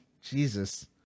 Jesus